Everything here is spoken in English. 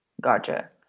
Gotcha